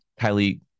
Kylie